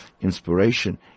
inspiration